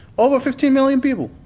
over fifteen million people.